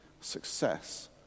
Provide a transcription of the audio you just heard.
success